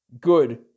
good